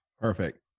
Perfect